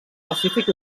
pacífic